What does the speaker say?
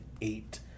eight